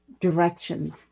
directions